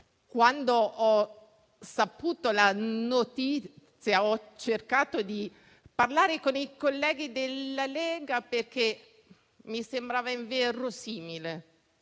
Quando ho saputo la notizia, ho cercato di parlare con i colleghi della Lega perché mi sembrava inverosimile